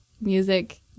music